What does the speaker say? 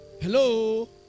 Hello